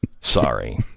sorry